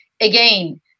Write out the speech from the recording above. again